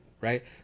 right